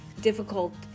difficult